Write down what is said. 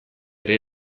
ere